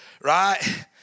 Right